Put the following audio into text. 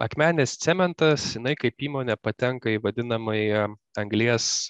akmenės cementas jinai kaip įmonė patenka į vadinamąjį anglies